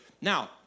Now